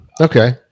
okay